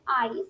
eyes